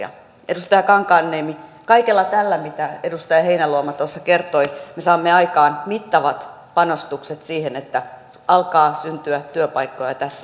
edustaja kankaanniemi kaikella tällä mitä edustaja heinäluoma tuossa kertoi me saamme aikaan mittavat panostukset siihen että alkaa syntyä työpaikkoja tässä